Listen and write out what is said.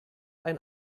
ein